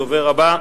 הדובר הבא,